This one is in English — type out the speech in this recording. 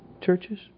Churches